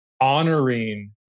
honoring